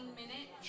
minutes